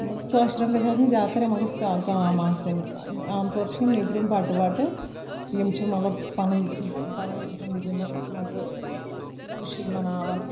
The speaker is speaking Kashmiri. مان ژٕ کٲشرٮ۪ن گژھہِ آسِنۍ زیادٕ تر یمَن گژھہِ کٲم آسِنۍ عام طور چھ یم نیبرِم بٹہٕ وٹہٕ یِم چھ مطلب پننۍ پننۍ زندگی منٛز مان ژٕ خوشی مناوان